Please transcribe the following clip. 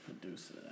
producer